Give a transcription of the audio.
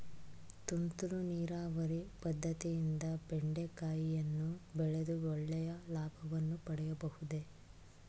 ತುಂತುರು ನೀರಾವರಿ ಪದ್ದತಿಯಿಂದ ಬೆಂಡೆಕಾಯಿಯನ್ನು ಬೆಳೆದು ಒಳ್ಳೆಯ ಲಾಭವನ್ನು ಪಡೆಯಬಹುದೇ?